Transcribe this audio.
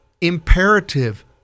imperative